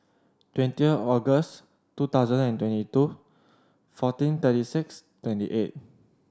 twenty August two thousand and twenty two fourteen thirty six twenty eight